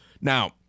Now